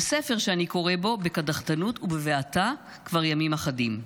וספר שאני קורא בו בקדחתנות ובבעתה כבר ימים אחדים.